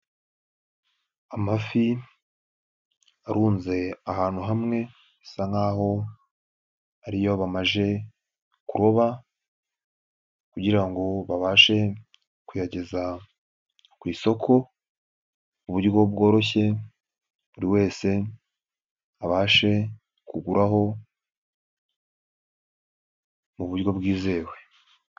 Amafi arunze ahantu hamwe bisa nk'a ariyo bamaze kuroba kugira ngo babashe kuyageza ku isoko ku buryo bworoshye. Buri wese abashe kuguraho mu buryo bwizewe.